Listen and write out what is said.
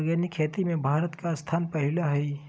organic खेती में भारत के स्थान पहिला हइ